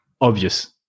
obvious